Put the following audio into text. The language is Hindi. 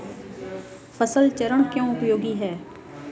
फसल चरण क्यों उपयोगी है?